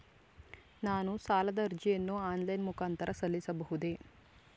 ನಾನು ಸಾಲದ ಅರ್ಜಿಯನ್ನು ಆನ್ಲೈನ್ ಮುಖಾಂತರ ಸಲ್ಲಿಸಬಹುದೇ?